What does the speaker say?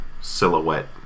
silhouette